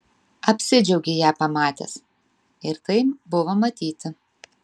apsidžiaugei ją pamatęs ir tai buvo matyti